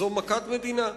זו מכת מדינה,